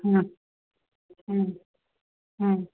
हाँ हाँ हाँ